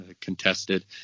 contested